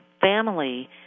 family